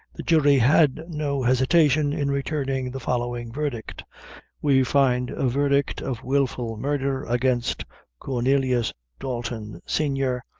the jury had no hesitation in returning the following verdict we find a verdict of wilful murder against cornelius dalton, senior,